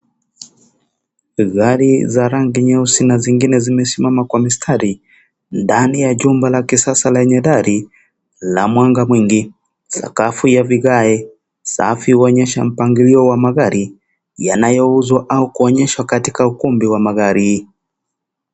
Gari za rangi nyeusi na zingine zimesimama kwa mistari ndani ya jumba la kisasa lenye dari la mwanga mwingi. Sakafu ya vigae safi huonyesha mpangilio wa magari yanaouzwa au kuonyeshwa katika ukumbi wa magari.